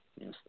Yes